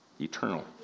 eternal